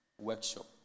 workshop